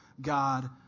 God